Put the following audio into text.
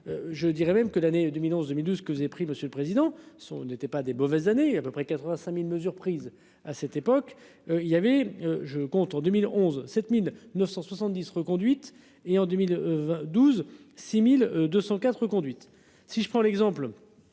Je dirais même que l'année 2011 2012. Ce que j'ai pris. Monsieur le Président son n'étaient pas des mauvaises années à peu près 85.000 mesures prises à cette époque il y avait je compte en 2011 7970 reconduite et en 2020 12 6204 conduite si je prends l'exemple.